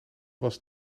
was